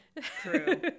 true